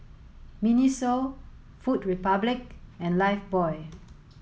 Miniso Food Republic and Lifebuoy